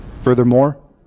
furthermore